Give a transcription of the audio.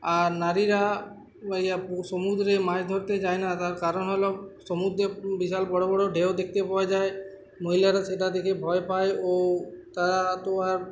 আর নারীরা ই সমুদ্রে মাছ ধরতে যায় না তার কারণ হল সমুদ্রে বিশাল বড়ো বড়ো ঢেও দেখতে পাওয়া যায় মহিলারা সেটা দেখে ভয় পায় ও তারা তো আর